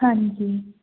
ਹਾਂਜੀ